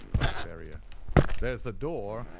cried ferrier there is the door,